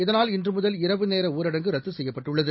இதனால் இன்றுமுதல் இரவு நேரஊரடங்கு ரத்துசெய்யப்பட்டுள்ளது